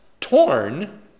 torn